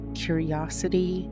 curiosity